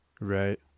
Right